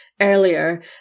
earlier